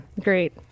great